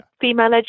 female